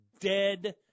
dead